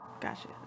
Gotcha